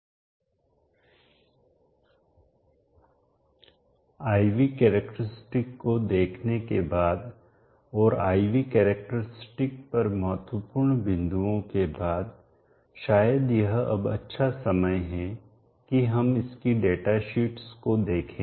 I V characteristic को देखने के बाद और I V कैरेक्टरस्टिक पर महत्वपूर्ण बिंदुओं के बाद शायद यह अब अच्छा समय है कि हम इसकी डेटाशीट्स को देखें